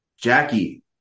Jackie